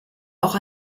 auch